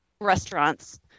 restaurants